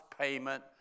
payment